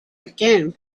again